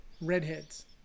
redheads